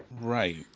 Right